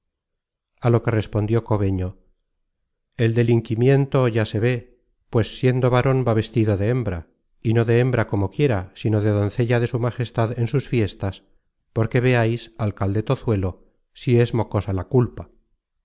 á lo que respondió cobeño el delinquimiento ya se ve pues siendo varon va vestido de hembra y no de hembra como quiera sino de doncella de su majestad en sus fiestas porque veais alcalde tozuelo si es mocosa la culpa